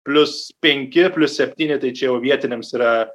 plius penki plius septyni tai čia jau vietiniams yra